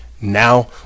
now